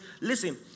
Listen